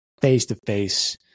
face-to-face